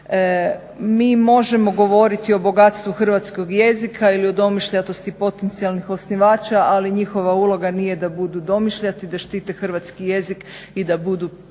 Mi možemo govoriti o bogatstvu hrvatskog jezika ili o domišljatosti potencijalnih osnivača, ali njihova uloga nije da budu domišljati, da štite hrvatski jezik i da budu